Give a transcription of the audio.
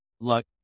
Look